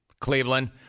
Cleveland